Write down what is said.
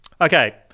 Okay